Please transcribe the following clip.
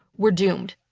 we're doomed.